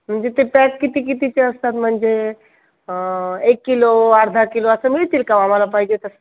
म्हणजे ते पॅक किती कितीचे असतात म्हणजे एक किलो अर्धा किलो असं मिळतील का आम्हाला पाहिजे तसं